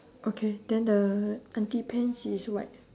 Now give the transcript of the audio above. okay then the auntie pants is white